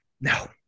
no